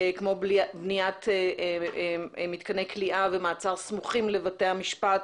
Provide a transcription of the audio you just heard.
כמו בניית מתקני כליאה ומעצר סמוכים לבתי המשפט,